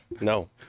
No